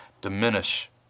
diminish